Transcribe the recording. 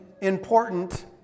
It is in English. important